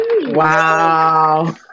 Wow